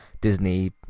disney